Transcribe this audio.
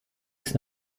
ist